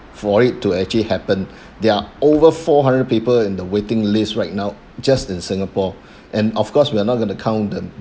for it to actually happen there are over four hundred people in the waiting list right now just in singapore and of course we are not going to count the